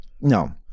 no